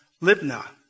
Libna